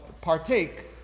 partake